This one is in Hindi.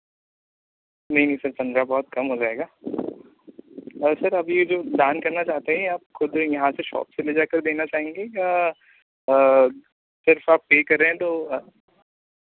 नहीं नहीं सर पन्द्रह बहुत कम हो जाएगा और सर आप ये जो दान करना चाहते हैं ये आप खुद यहाँ से शॉप से ले जाकर देना चाहेंगे या सिर्फ आप पे कर रहे हैं तो